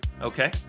Okay